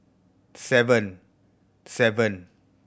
seven seven